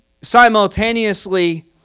Simultaneously